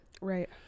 Right